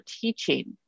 teaching